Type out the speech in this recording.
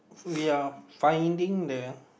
we are finding the